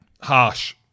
Harsh